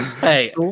Hey